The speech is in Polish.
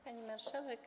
Pani Marszałek!